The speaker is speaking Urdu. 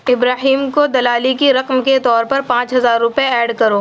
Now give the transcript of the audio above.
ابراہیم کو دلالی کی رقم کے طور پر پانچ ہزار روپے ایڈ کرو